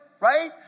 right